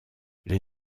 les